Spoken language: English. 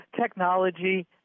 technology